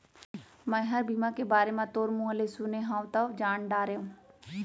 मैंहर बीमा के बारे म तोर मुँह ले सुने हँव तव जान डारेंव